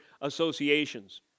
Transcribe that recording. associations